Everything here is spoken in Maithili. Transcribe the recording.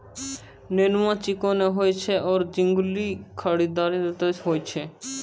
नेनुआ चिकनो होय छै आरो झिंगली धारीदार होय छै